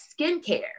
skincare